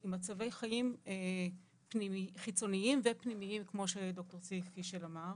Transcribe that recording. עם מצבי חיים חיצוניים ופנימיים כמו שד"ר צבי פישל אמר.